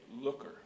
looker